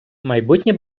майбутнє